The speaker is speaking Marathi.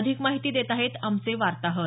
अधिक माहिती देत आहेत आमचे वार्ताहर